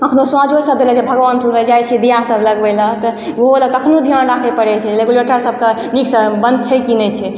कखनो साँझो सभ दय लऽ जे भगबान सभ लऽ जाइ छियै दिया सभ लगबै लऽ तऽ ओहो लऽ तखनो ध्यान राखै पड़ै छै लेगुलेटर सभके नीकसँ बन्द छै कि नहि छै